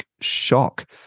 shock